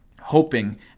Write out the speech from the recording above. hoping